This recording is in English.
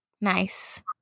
Nice